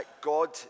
God